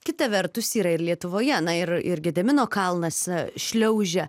kita vertus yra ir lietuvoje na ir ir gedimino kalnas šliaužia